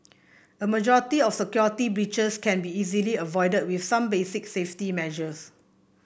a majority of security breaches can be easily avoided with some basic safety measures